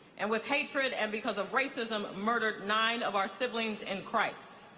and with hatred and because of racism, murdered nine of our siblings in christ.